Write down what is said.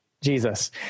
Jesus